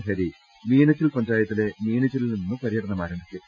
ഹരി മീനച്ചിൽ പഞ്ചായത്തിലെ മീനച്ചിലിൽ നിന്ന് പര്യടനം ആരംഭിക്കും